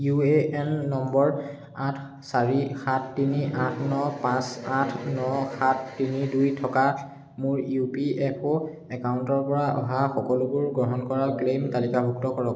U A N নম্বৰ আঠ চাৰি সাত তিনি আঠ ন পাঁচ আঠ ন সাত তিনি দুই থকা মোৰ ইউ পি এফ অ' একাউণ্টৰ পৰা অহা সকলোবোৰ গ্ৰহণ কৰা ক্লেইম তালিকাভুক্ত কৰক